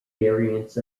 variants